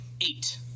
eight